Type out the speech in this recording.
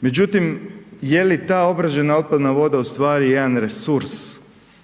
međutim je li ta obrađena otpadna voda u stvari jedan resurs,